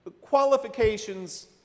Qualifications